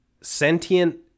sentient